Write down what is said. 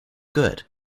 good